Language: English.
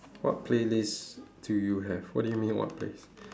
what playlist do you have what do you mean what playlist